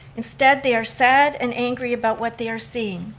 instead, they are sad and angry about what they are seeing.